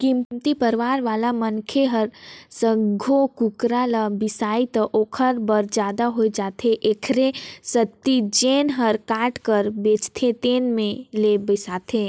कमती परवार वाला मनखे ह सइघो कुकरा ल बिसाही त ओखर बर जादा हो जाथे एखरे सेती जेन ह काट कर बेचथे तेन में ले बिसाथे